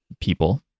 people